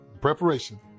preparation